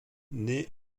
naît